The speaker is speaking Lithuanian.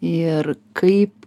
ir kaip